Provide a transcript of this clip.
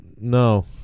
no